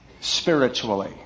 spiritually